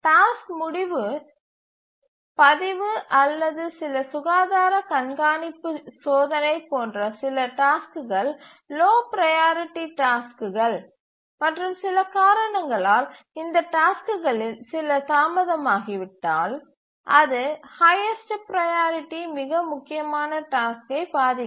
task முடிவு பதிவு அல்லது சில சுகாதார கண்காணிப்பு சோதனை போன்ற சில டாஸ்க்குகள் லோ ப்ரையாரிட்டி டாஸ்க் கள் மற்றும் சில காரணங்களால் இந்த டாஸ்க் களில் சில தாமதமாகிவிட்டால் அது ஹைஎஸ்ட் ப்ரையாரிட்டி மிக முக்கியமான டாஸ்க் யை பாதிக்கும்